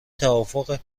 توافق